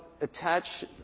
attach